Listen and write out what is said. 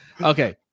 Okay